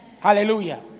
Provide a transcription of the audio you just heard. Hallelujah